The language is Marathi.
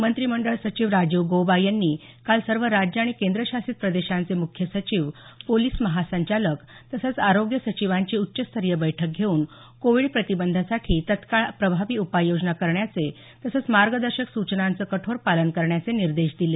मंत्रिमंडळ सचिव राजीव गौबा यांनी काल सर्व राज्य आणि केंद्रशासित प्रदेशांचे मुख्य सचिव पोलिस महासंचालक तसंच आरोग्य सचिवांची उच्चस्तरीय बैठक घेऊन कोविड प्रतिबंधासाठी तत्काळ प्रभावी उपाययोजना करण्याचे तसंच मार्गदर्शक सूचनांचं कठोर पालन करण्याचे निर्देश दिले